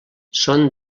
són